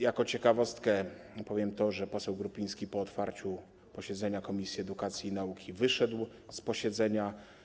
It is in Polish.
Jako ciekawostkę powiem, że poseł Grupiński po otwarciu posiedzenia komisji edukacji i nauki wyszedł z posiedzenia.